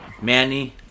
Manny